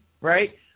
right